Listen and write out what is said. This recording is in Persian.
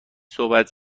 صحبت